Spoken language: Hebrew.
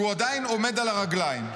שעדיין עומד על הרגליים,